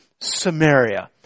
Samaria